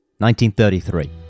1933